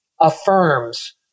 affirms